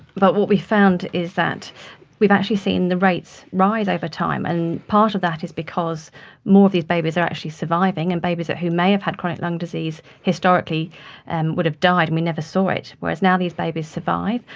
but what we found is that we've actually seen the rates rise over time, and part of that is because more of these babies are actually surviving, and babies who may have had chronic lung disease historically and would have died and we never saw it, whereas now these babies survive.